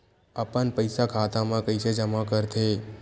अपन पईसा खाता मा कइसे जमा कर थे?